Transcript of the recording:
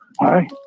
Hi